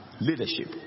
leadership